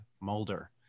Mulder